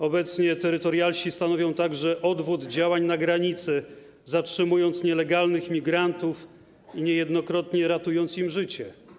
Obecnie terytorialsi stanowią także odwód działań na granicy, zatrzymując nielegalnych migrantów i niejednokrotnie ratując im życie.